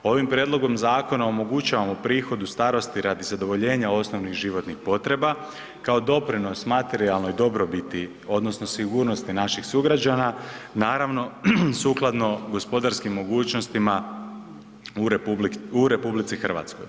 Ovim prijedlogom zakona omogućavamo prihod u starosti radi zadovoljenja osnovnih životnih potreba kao doprinos materijalnoj dobrobiti odnosno sigurnosti naših sugrađana naravno sukladno gospodarskim mogućnostima u RH.